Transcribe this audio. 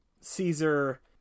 Caesar